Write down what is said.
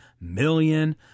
million